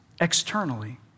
externally